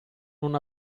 non